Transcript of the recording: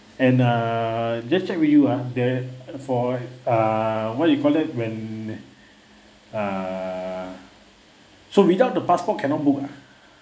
and err just check with you ah there for err what you call that when err so without the passport cannot book ah